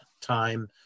time